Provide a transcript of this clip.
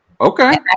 okay